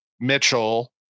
Mitchell